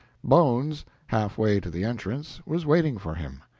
bones, half-way to the entrance, was waiting for him.